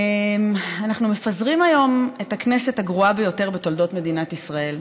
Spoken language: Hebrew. אנחנו מפזרים היום את הכנסת הגרועה ביותר בתולדות מדינת ישראל,